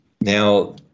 now